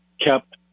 kept